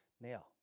Now